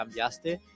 Cambiaste